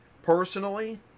Personally